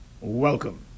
welcome